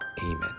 Amen